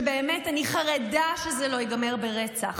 ובאמת אני חרדה שזה ייגמר ברצח.